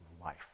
life